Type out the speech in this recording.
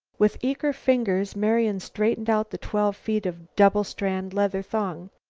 with eager fingers marian straightened out the twelve feet of double-strand leather thong.